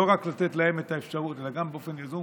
לא רק לתת להם את האפשרות אלא גם באופן יזום,